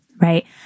right